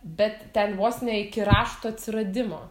bet ten vos ne iki rašto atsiradimo